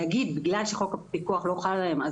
להגיד שבגלל שחוק הפיקוח לא חל עליהם,